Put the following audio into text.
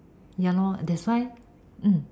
ya lor that's why mm